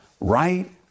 Right